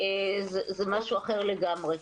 זה משהו אחר לגמרי.